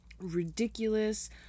Ridiculous